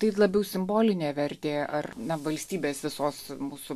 tai labiau simbolinė vertė ar na valstybės visos mūsų